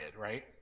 right